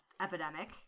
epidemic